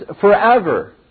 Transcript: forever